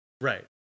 Right